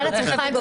מה עמדתכם?